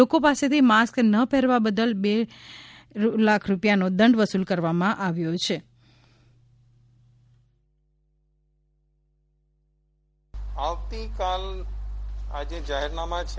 લોકો પાસેથી માસ્ક ન પહેરવા બદલ બે લાખ રૂપિયાનો દંડ વસુલ કરવામાં આવ્યો છે